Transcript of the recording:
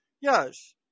Yes